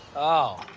oh,